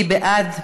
מי בעד?